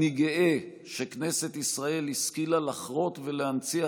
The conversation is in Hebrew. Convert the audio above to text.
אני גאה שכנסת ישראל השכילה לחרות ולהנציח